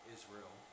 Israel